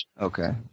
Okay